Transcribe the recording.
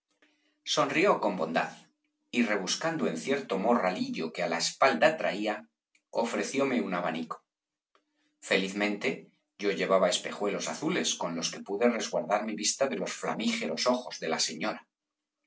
sonrió con bondad y rebuscando en cierto morralillo que á la espalda traía ofrecióme un abanico felizmente yo llevaba espejuelos azules con los que pude resguardar mi vista de los flamígeros ojos de la señora